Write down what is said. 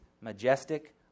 majestic